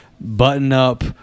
button-up